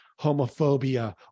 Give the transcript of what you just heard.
homophobia